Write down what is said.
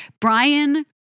Brian